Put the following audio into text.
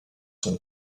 son